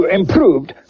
improved